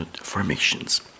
formations